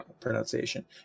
pronunciation